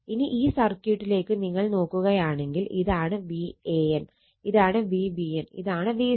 ഇനി ഈ സർക്യൂട്ടിലേക്ക് നിങ്ങൾ നോക്കുകയാണെങ്കിൽ ഇതാണ് Van ഇതാണ് Vbn ഇതാണ് Vcn